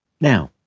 Now